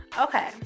okay